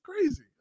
crazy